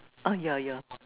ah yeah yeah